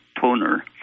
toner